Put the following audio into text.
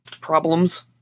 problems